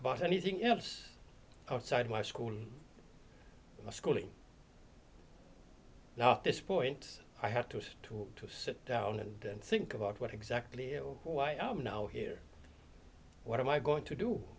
about anything else outside my school my schooling now at this point i have to say to to sit down and think about what exactly why i'm now here what am i going to do